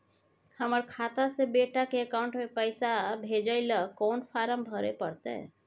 हमर खाता से बेटा के अकाउंट में पैसा भेजै ल कोन फारम भरै परतै?